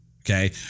okay